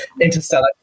Interstellar